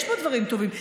יש בו דברים טובים.